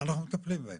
אנחנו מטפלים בהם,